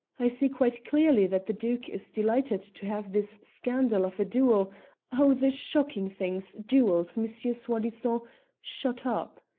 i see quite clearly that the duke is delighted to have this scandal of a duel oh! the shocking things, duels, monsieur soi-disant shut up.